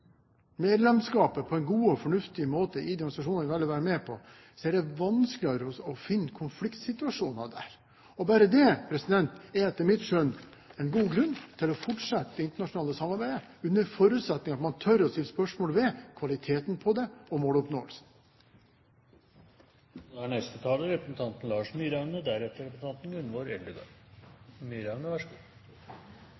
medlemskapet på en god og fornuftig måte i de organisasjonene vi velger å være med i, er det vanskeligere å finne konfliktsituasjoner der. Bare det er etter mitt skjønn en god grunn til å fortsette det internasjonale samarbeidet, under forutsetning av at man tør å stille spørsmål ved kvaliteten på det og